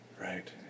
Right